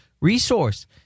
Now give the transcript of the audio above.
resource